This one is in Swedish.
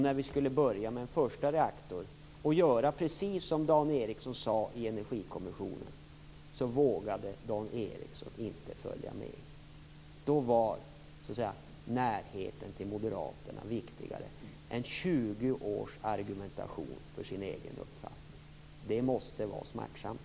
När vi skulle börja med en första reaktor och göra precis som Dan Ericsson sade i Energikommissionen, vågade Dan Ericsson inte följa med. Då var närheten till Moderaterna viktigare än 20 års argumentation för sin egen uppfattning. Det måste vara smärtsamt.